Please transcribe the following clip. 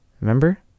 Remember